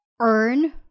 earn